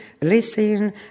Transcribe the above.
listen